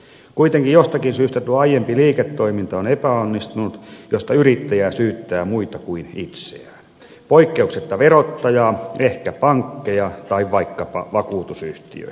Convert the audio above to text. kuitenkin jostakin syystä tuo aiempi liiketoiminta on epäonnistunut mistä yrittäjä syyttää muita kuin itseään poikkeuksetta verottajaa ehkä pankkeja tai vaikkapa vakuutusyhtiötä